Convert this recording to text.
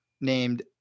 named